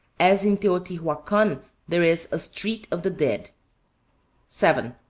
as in teotihuacan there is a street of the dead seven,